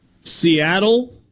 seattle